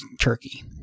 Turkey